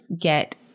get